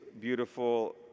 beautiful